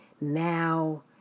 now